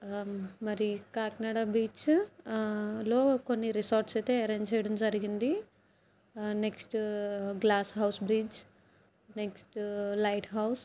మరి కాకినాడ బీచ్ లో కొన్ని రిసార్ట్స్ అయితే అరేంజ్ చేయడం జరిగింది next glass house bridge next lighthouse